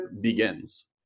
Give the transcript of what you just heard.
begins